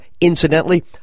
incidentally